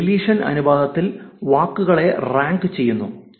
ഇത് ഡിലീഷിഷൻ അനുപാതത്തിൽ വാക്കുകളെ റാങ്ക് ചെയ്യുന്നു